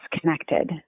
connected